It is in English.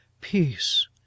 peace